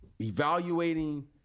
evaluating